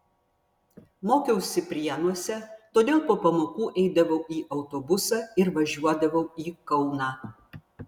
mokiausi prienuose todėl po pamokų eidavau į autobusą ir važiuodavau į kauną